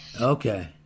Okay